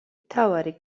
მთავარი